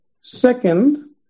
Second